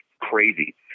crazy